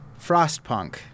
Frostpunk